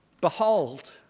Behold